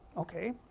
ok,